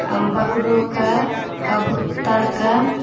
बगरोके कबूत्तरके